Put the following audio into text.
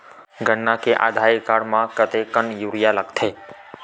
गन्ना के आधा एकड़ म कतेकन यूरिया लगथे?